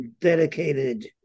dedicated